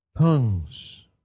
Tongues